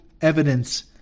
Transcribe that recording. evidence